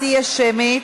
ההצבעה תהיה שמית.